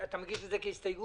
אתה מגיש כהסתייגות?